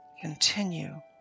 Continue